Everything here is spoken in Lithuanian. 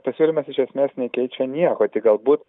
pasiūlymas iš esmės nekeičia nieko tik galbūt